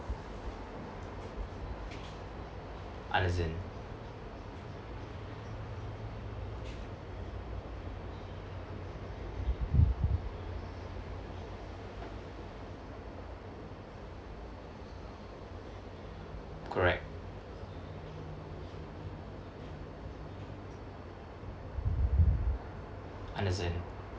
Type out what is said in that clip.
understand correct understand